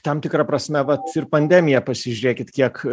tam tikra prasme vat ir pandemija pasižiūrėkit kiek